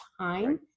time